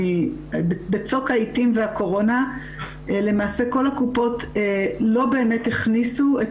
בצוק העיתים והקורונה למעשה כל הקופות לא באמת הכניסו את